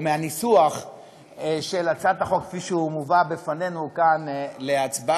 או מהניסוח של הצעת החוק כפי שהוא מובא בפנינו כאן להצבעה,